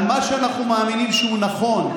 על מה שאנחנו מאמינים שהוא נכון,